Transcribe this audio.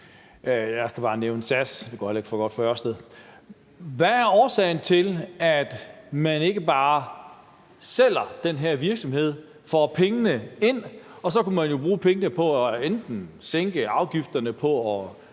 os da bare nævne SAS, og det går heller ikke for godt for Ørsted. Hvad er årsagen til, at man ikke bare sælger den her virksomhed og får pengene ind, og så kunne man jo bruge pengene på at sænke afgifterne på